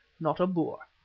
not a boer.